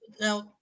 now